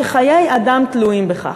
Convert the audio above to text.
שחיי אדם תלויים בכך.